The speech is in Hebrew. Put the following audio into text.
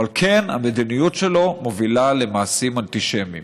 אבל כן, המדיניות שלו מובילה למעשים אנטישמיים.